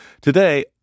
Today